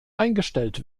eingestellt